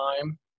time